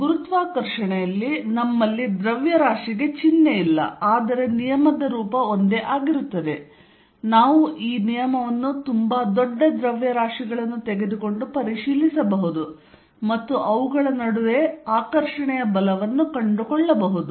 ಗುರುತ್ವಾಕರ್ಷಣೆಯಲ್ಲಿ ನಮ್ಮಲ್ಲಿ ದ್ರವ್ಯರಾಶಿಗೆ ಚಿಹ್ನೆ ಇಲ್ಲ ಆದರೆ ನಿಯಮದ ರೂಪ ಒಂದೇ ಆಗಿರುತ್ತದೆ ನಾವು ಈ ನಿಯಮವನ್ನು ತುಂಬಾ ದೊಡ್ಡ ದ್ರವ್ಯರಾಶಿಗಳನ್ನು ತೆಗೆದುಕೊಂಡು ಪರಿಶೀಲಿಸಬಹುದು ಮತ್ತು ಅವುಗಳ ನಡುವೆ ಆಕರ್ಷಣೆಯ ಬಲವನ್ನು ಕಂಡುಕೊಳ್ಳಬಹುದು